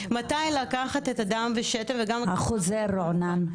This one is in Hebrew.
מתי לקחת את הדם ושתן וגם --- החוזר רוענן?